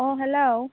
अ hello